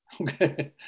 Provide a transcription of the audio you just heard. Okay